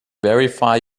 verify